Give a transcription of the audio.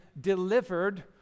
delivered